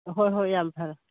ꯍꯣꯏ ꯍꯣꯏ ꯌꯥꯝ ꯐꯔꯦ